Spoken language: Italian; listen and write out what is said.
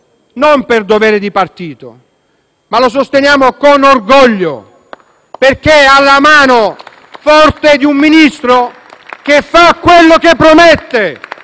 per dovere di partito, ma lo sosteniamo con orgoglio, perché ha la mano forte di un Ministro che fa quello che promette